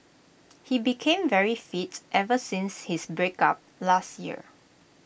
he became very fit ever since his breakup last year